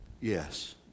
Yes